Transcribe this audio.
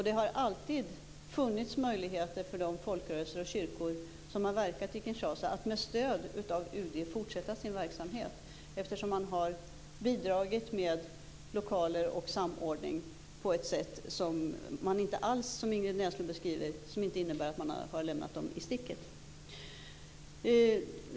Det har alltid funnits möjligheter för de folkrörelser och kyrkor som har verkat i Kinshasa att med stöd från UD fortsätta sin verksamhet, eftersom man har bidragit med lokaler och samordning på ett sätt som inte alls innebär att de - som Ingrid Näslund beskriver det - har lämnats i sticket.